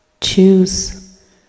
Choose